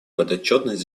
подотчетность